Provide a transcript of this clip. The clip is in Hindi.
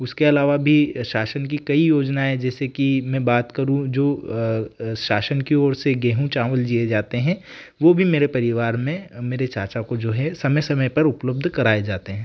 उसके अलावा भी शासन की कई योजनाएँ जैसे कि मैं बात करूँ जो शासन की ओर से गेहूँ चावल दिए जाते हैं वह भी मेरे परिवार में मेरे चाचा को जो है समय समय पर उपलब्ध कराए जाते हैं